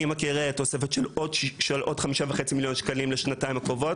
אני מכיר תוספת של עוד 5.5 מיליון שקלים לשנתיים הקרובות.